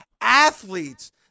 athletes